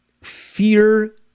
fear